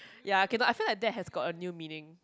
ya okay no I feel like that has got a new meaning